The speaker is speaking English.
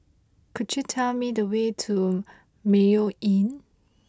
could you tell me the way to Mayo Inn